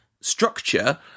structure